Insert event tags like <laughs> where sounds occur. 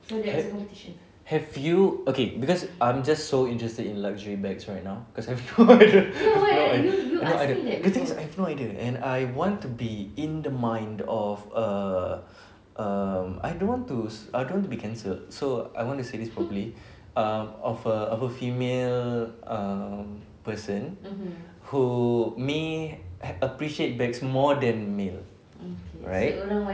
ha~ have you okay because I'm just so interested in luxury bags right now cause I have no idea <laughs> no idea no idea the thing is I have no idea and I want to be in the mind of err um I don't want to I don't want to be cancelled so I want to say this properly um of a of a female person who may appreciate bags more than male right